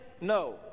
No